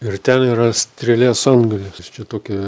ir ten yra strėlės antgalis ir čia tokia